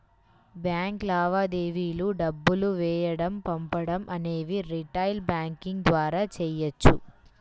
bank లావాదేవీలు డబ్బులు వేయడం పంపడం అనేవి రిటైల్ బ్యాంకింగ్ ద్వారా చెయ్యొచ్చు